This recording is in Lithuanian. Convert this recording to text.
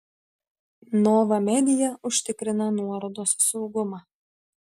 nova media užtikrina nuorodos saugumą